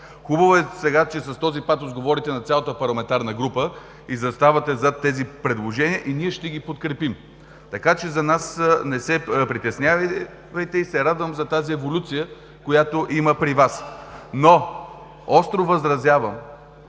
Хубаво сега е, че с този патос говорите на цялата парламентарна група и заставате зад тези предложения и ние ще ги подкрепим. (Реплики от ГЕРБ.) Така че за нас не се притеснявайте. И се радвам за тази еволюция, която има при Вас, но остро възразявам